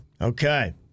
Okay